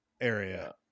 area